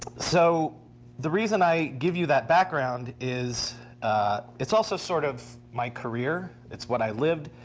so the reason i give you that background is it's also sort of my career. it's what i lived.